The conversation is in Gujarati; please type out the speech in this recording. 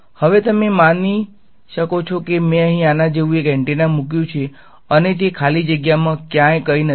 હવે તમે માની શકો છો કે મેં અહીં આના જેવું એન્ટેના મુક્યું છે અને તે ખાલી જગ્યામાં ક્યાંય કંઈ નથી